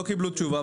לא קיבלו תשובה,